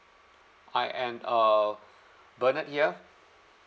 I am uh bernard ya